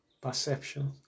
perception